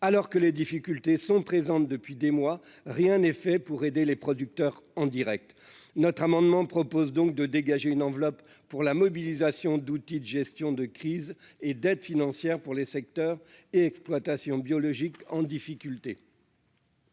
alors que les difficultés sont présentes depuis des mois, rien n'est fait pour aider les producteurs en Direct notre amendement propose donc de dégager une enveloppe pour la mobilisation d'outils de gestion de crise et d'aides financières pour les secteurs et exploitations biologiques en difficulté.